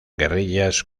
guerrillas